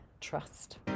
trust